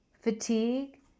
fatigue